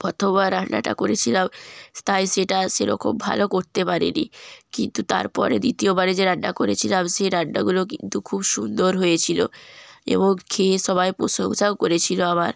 প্রথমবার রান্নাটা করেছিলাম তাই সেটা সেরকম ভালো করতে পারিনি কিন্তু তারপর দ্বিতীয়বারে যে রান্না করেছিলাম সেই রান্নাগুলো কিন্তু খুব সুন্দর হয়েছিলো এবং খেয়ে সবাই প্রশংসাও করেছিল আমার